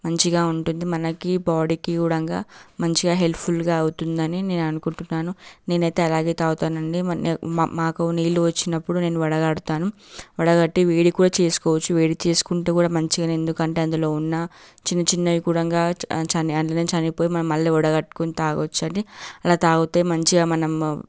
మంచిగా ఉంటుంది మనకి బాడీకి గుడంగా మంచిగా హెల్ప్ ఫుల్గా అవుతుందని నేను అనుకుంటున్నాను నేనైతే అలాగే తాగుతానండి మాకు నీళ్ళు వచ్చినప్పుడు నేను వడగడతాను వడగట్టి వేడి కూడా చేసుకోవచ్చు వేడి చేసుకుంటే కూడా మంచిగానే ఎందుకంటే అందులో ఉన్న చిన్న చిన్నవి కుడంగా అందులోనే చనిపోయి మనం మళ్ళీ వడగట్టుకొని తాగొచ్చు అండి అలా తాగుతే మంచిగా మనం